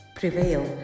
Prevail